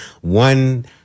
one